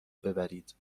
ببرید